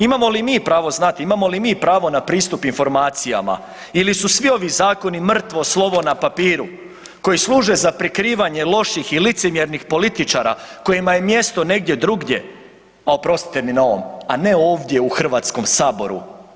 Imamo li mi pravo znati, imamo li mi pravo na pristup informacijama ili su svi ovi zakonu mrtvo slovo na papiru koji služe za prikrivanje loših i licemjernih političara kojima je mjesto negdje druge, oprostite mi na ovom, a ne ovdje u HS-u.